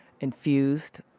infused